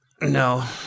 No